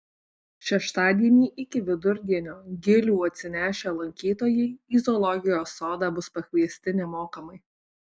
šeštadienį iki vidurdienio gilių atsinešę lankytojai į zoologijos sodą bus pakviesti nemokamai